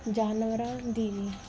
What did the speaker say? ਜਾਨਵਰਾਂ ਦੀ